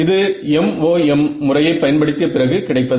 இது MoM முறையை பயன்படுத்திய பிறகு கிடைப்பது